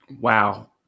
wow